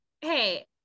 hey